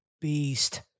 beast